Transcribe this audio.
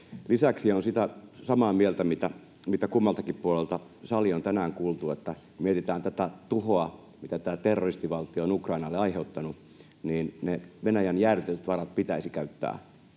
Lisäksi olen sitä samaa mieltä, mitä kummaltakin puolelta salia on tänään kuultu, että kun mietitään tätä tuhoa, mitä terroristivaltio on Ukrainalle aiheuttanut, niin ne Venäjän jäädytetyt varat pitäisi käyttää